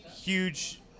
huge